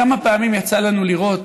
כמה פעמים יצא לנו לראות,